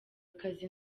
akazi